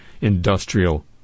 industrial